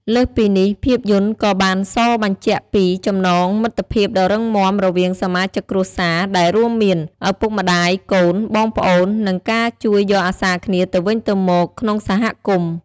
លើសពីនេះ ភាពយន្តក៏បានសបញ្ជាក់ពី ចំណងមិត្តភាពដ៏រឹងមាំរវាងសមាជិកគ្រួសារ ដែលរួមមាន ឪពុកម្តាយ កូន បងប្អូន និង ការជួយយកអាសាគ្នាទៅវិញទៅមកក្នុងសហគមន៍។